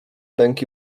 ręki